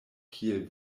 kiel